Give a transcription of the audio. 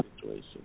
situation